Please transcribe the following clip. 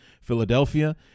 Philadelphia